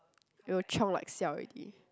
it will chiong like siao ready